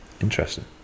Interesting